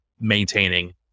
maintaining